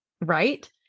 Right